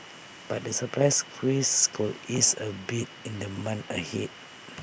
but the supply squeeze could ease A bit in the months ahead